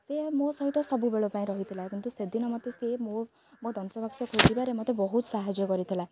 ସେ ମୋ ସହିତ ସବୁବେଳ ପାଇଁ ରହିଥିଲା କିନ୍ତୁ ସେଦିନ ମୋତେ ସିଏ ମୋ ମୋ ଯନ୍ତ୍ରବାକ୍ସ ଖୋଜିବାରେ ମୋତେ ବହୁତ ସାହାଯ୍ୟ କରିଥିଲା